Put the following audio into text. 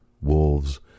wolves